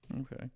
Okay